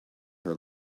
her